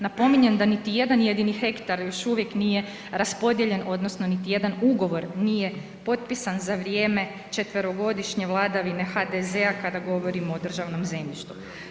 Napominjem da niti jedan jedini hektar još uvijek nije raspodijeljen odnosno niti jedan ugovor nije potpisan za vrijeme četverogodišnje vladavine HDZ-a kada govorimo o državnom zemljištu.